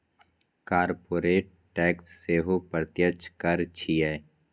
corporate tax सेहो प्रत्यक्ष कर छियै